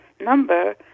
number